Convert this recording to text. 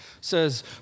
says